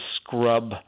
scrub